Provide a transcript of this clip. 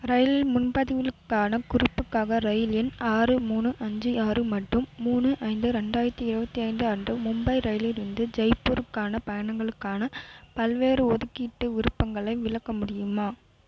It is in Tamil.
இரயில் முன்பதிவுகளுக்கான குறிப்பாக இரயில் எண் ஆறு மூணு அஞ்சு ஆறு மற்றும் மூணு ஐந்து ரெண்டாயிரத்தி இருபத்தைந்து அன்று மும்பை இரயிலிலிருந்து ஜெய்ப்பூருக்கான பயணங்களுக்கான பல்வேறு ஒதுக்கீட்டு விருப்பங்களை விளக்க முடியுமா